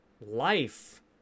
life